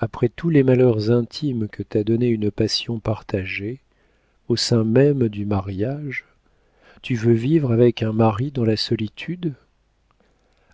après tous les malheurs intimes que t'a donnés une passion partagée au sein même du mariage tu veux vivre avec un mari dans la solitude